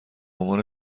عنوان